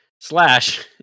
slash